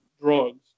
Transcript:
drugs